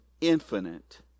infinite